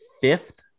fifth